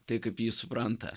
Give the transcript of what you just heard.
tai kaip jį supranta